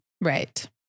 Right